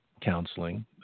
counseling